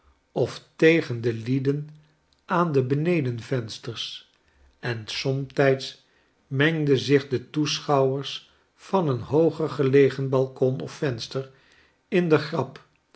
of tegen de lieden aan de beneden vensters en somtijds mengden zich de toeschouwers van een hooger gelegen balkon of venster in de grap